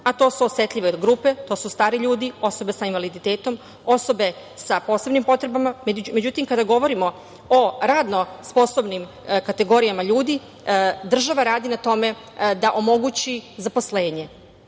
a to su osetljive grupe, to su stari ljudi, osobe sa invaliditetom, osobe sa posebnim potrebama. Međutim, kada govorimo o radno sposobnim kategorijama ljudi država radi na tome da omogući zaposlenje.